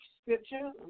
scripture